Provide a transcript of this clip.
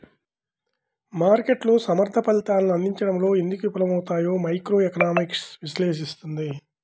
మార్కెట్లు సమర్థ ఫలితాలను అందించడంలో ఎందుకు విఫలమవుతాయో మైక్రోఎకనామిక్స్ విశ్లేషిస్తుంది